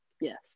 Yes